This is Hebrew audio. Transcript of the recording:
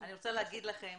אני רוצה להגיד לכם